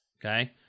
okay